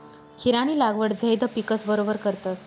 खीरानी लागवड झैद पिकस बरोबर करतस